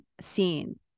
scene